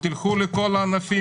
תלכו לכל הענפים לבניין.